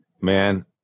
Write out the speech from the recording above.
Man